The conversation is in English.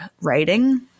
writing